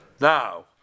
Now